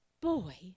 BOY